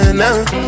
now